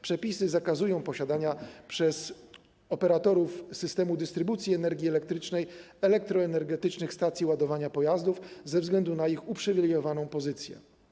Przepisy zakazują posiadania przez operatorów systemu dystrybucji energii elektrycznej elektroenergetycznych stacji ładowania pojazdów ze względu na ich uprzywilejowaną pozycję.